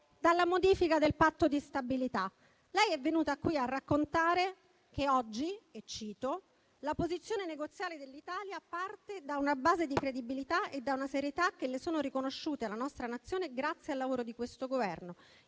dalla modifica del Patto di stabilità. Lei è venuta qui a raccontare che oggi - e cito - la posizione negoziale dell'Italia parte da una base di credibilità e da una serietà che sono riconosciute alla nostra Nazione grazie al lavoro di questo Governo,